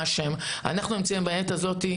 אנחנו נמצאים כאן בעת הזאת,